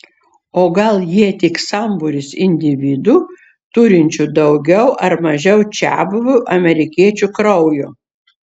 o gal jie tik sambūris individų turinčių daugiau ar mažiau čiabuvių amerikiečių kraujo